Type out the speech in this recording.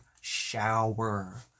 shower